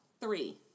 three